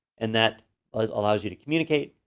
and that allows you to communicate,